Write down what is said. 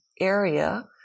area